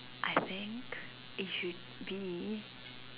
I think it should be